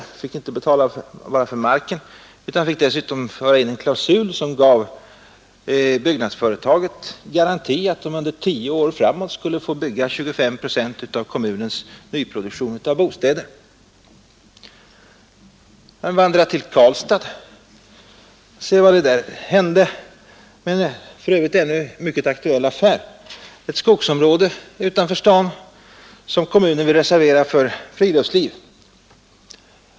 Kommunen fick inte bara betala för marken utan dessutom godta en klausul som gav byggnadsföretaget garanti för att det under tio år framåt skulle få bygga 25 procent av kommunens nyproduktion av bostäder. Vi kan vandra till Karlstad och se vad som hände där med en för övrigt ännu mycket aktuell affär. Det gäller ett skogsområde utanför staden som kommunen vill reservera för friluftsliv.